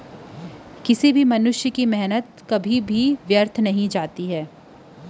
मनखे के कोनो भी मेहनत खाली नइ जावय